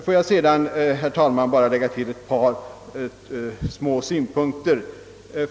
Får jag sedan, herr talman, bara framföra ytterligare ett par synpunkter.